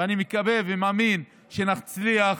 ואני מקווה ומאמין שנצליח